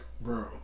Bro